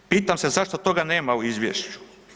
Pitam se zašto toga nema u izvješću?